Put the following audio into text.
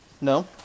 No